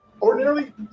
ordinarily